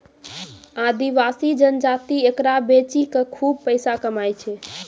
आदिवासी जनजाति एकरा बेची कॅ खूब पैसा कमाय छै